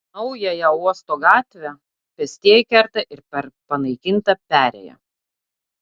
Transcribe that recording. naująją uosto gatvę pėstieji kerta ir per panaikintą perėją